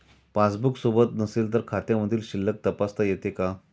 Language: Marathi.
पासबूक सोबत नसेल तर खात्यामधील शिल्लक तपासता येते का?